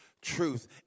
Truth